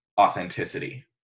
authenticity